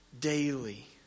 daily